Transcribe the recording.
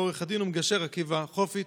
ולעו"ד והמגשר עקיבא חופי.